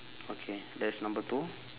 okay that's number two